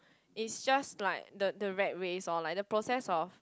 it's just like the the rat race lor like the process of